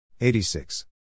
86